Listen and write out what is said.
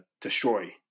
destroy